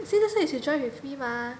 see that's why you should drive with me mah